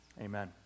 amen